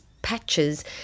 patches